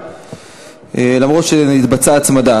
למרות שנתבצעה הצמדה.